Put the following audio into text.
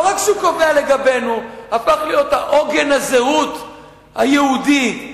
לא רק שהוא קובע לגבינו והפך להיות עוגן הזהות היהודית.